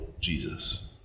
Jesus